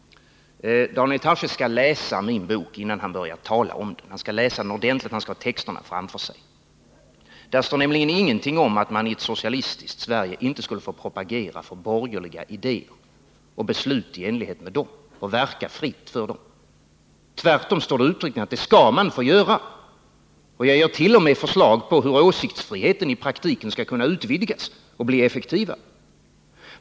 Daniel Tarschys skall läsa min bok innan han börjar tala om den. Han skall läsa den ordentligt och ha texterna framför sig. Där står nämligen ingenting om att man i ett socialistiskt Sverige inte skulle få propagera för borgerliga idéer och verka fritt för beslut i enlighet med dem. Tvärtom står det uttryckligen att det skall man få göra. Jag ger t.o.m. förslag om hur åsiktsfriheten i praktiken skall kunna utvidgas och bli effektivare.